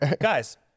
guys